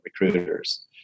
recruiters